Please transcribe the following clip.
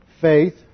Faith